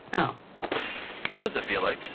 oh what does it feel like?